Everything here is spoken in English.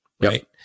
right